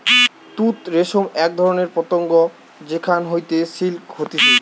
তুত রেশম এক ধরণের পতঙ্গ যেখান হইতে সিল্ক হতিছে